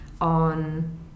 on